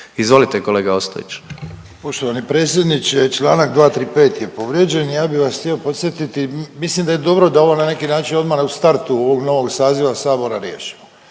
Ranko (SDP)** Poštovani predsjedniče, članak 235. je povrijeđen. Ja bih vas htio podsjetiti, mislim da je dobro da ovo na neki način odmah u startu ovog novog saziva Sabora riješimo.